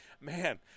man